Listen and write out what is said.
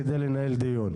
כדי לנהל דיון.